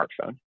smartphone